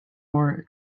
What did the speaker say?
more